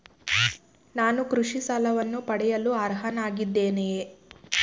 ನಾನು ಕೃಷಿ ಸಾಲವನ್ನು ಪಡೆಯಲು ಅರ್ಹನಾಗಿದ್ದೇನೆಯೇ?